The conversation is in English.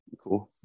cool